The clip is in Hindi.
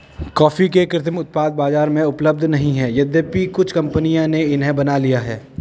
कॉफी के कृत्रिम उत्पाद बाजार में उपलब्ध नहीं है यद्यपि कुछ कंपनियों ने इन्हें बना लिया है